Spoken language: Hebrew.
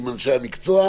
עם אנשי המקצוע,